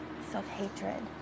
self-hatred